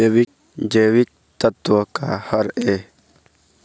जैविकतत्व का हर ए?